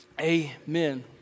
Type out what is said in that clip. amen